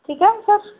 ठीक आहे सर